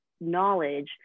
knowledge